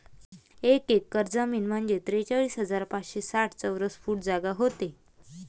एक एकर जमीन म्हंजे त्रेचाळीस हजार पाचशे साठ चौरस फूट जागा व्हते